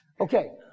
Okay